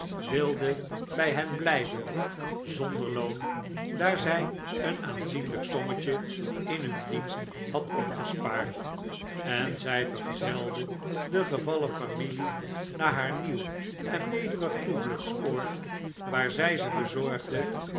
wilde bij hen blijven zonder loon daar zij een aanzienlijk sommetje in hun dienst had opgespaard en zij vergezelde de gevallen familie naar haar nieuw en nederig toevluchtsoord waar zij ze verzorgde